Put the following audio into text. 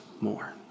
more